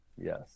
Yes